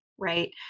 Right